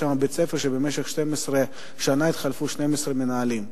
שיש שם בית-ספר שבמשך 12 שנה התחלפו 12 מנהלים.